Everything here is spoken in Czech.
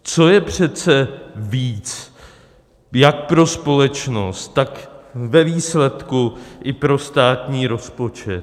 Co je přece víc jak pro společnost, tak ve výsledku i pro státní rozpočet?